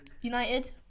United